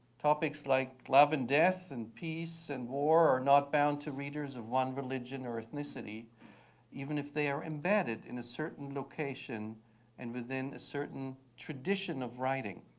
topics like love and death and peace and war are not bound to readers of one religion or ethnicity even if they are embedded in a certain location and within a certain tradition of writing.